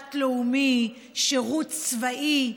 שנת שירות לאומי, שירות צבאי,